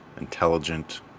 intelligent